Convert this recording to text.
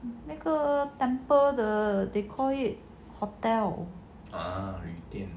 那个 temple 的 they call it hotel